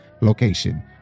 location